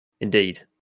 Indeed